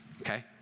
Okay